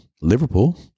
Liverpool